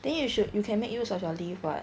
then you should you can make use of your leave [what]